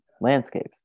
landscapes